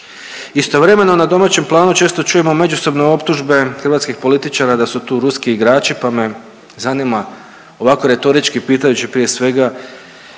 Istovremeno na domaćem planu često čujemo međusobno optužbe hrvatskih političara da su tu ruski igrači, pa me zanima ovako retorički pitajući prije svega